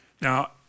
Now